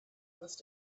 must